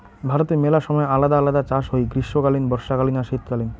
ভারতে মেলা সময় আলদা আলদা চাষ হই গ্রীষ্মকালীন, বর্ষাকালীন আর শীতকালীন